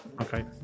Okay